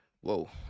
Whoa